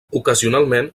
ocasionalment